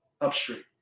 upstream